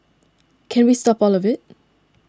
can we stop all of it